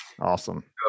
Awesome